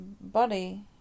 body